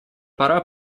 пора